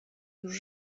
już